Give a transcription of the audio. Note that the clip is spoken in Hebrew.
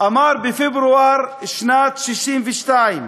אמר בפברואר שנת 1962: